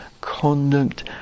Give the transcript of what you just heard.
conduct